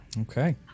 Okay